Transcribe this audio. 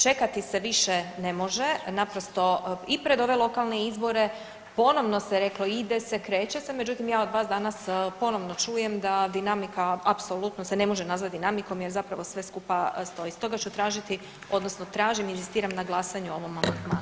Čekati se više ne može, naprosto i pred ove lokalne izbore ponovno se reklo ide se, kreće se, međutim, ja od vas danas ponovno čujem da dinamika apsolutno se ne može nazvati dinamikom jer zapravo sve skupa stoji, stoga ću tražiti, odnosno tražim i inzistiram na glasanju o ovom amandmanu.